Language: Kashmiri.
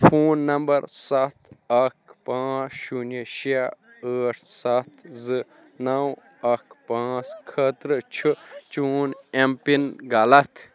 فون نمبر سَتھ اَکھ پانٛژھ شوٗنیہِ شےٚ ٲٹھ سَتھ زٕ نَو اَکھ پانٛژھ خٲطرٕ چھُ چون اٮ۪م پِن غلط